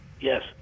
Yes